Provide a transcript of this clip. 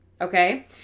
okay